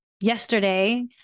Yesterday